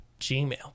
Gmail